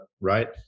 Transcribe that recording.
right